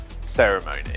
ceremony